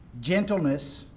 gentleness